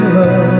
Love